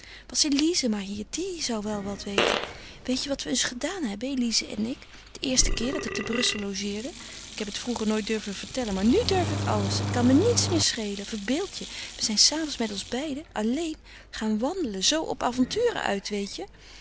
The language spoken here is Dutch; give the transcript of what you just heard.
elize maar hier die zou wel wat weten weet je wat we eens gedaan hebben elize en ik den eersten keer dat ik te brussel logeerde ik heb het vroeger nooit durven vertellen maar nu durf ik alles het kan me niets meer schelen verbeeld je we zijn s avonds met ons beiden alleen gaan wandelen zoo op avonturen uit weet je